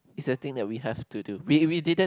is a thing that we have to do we we didn't